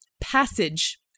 passage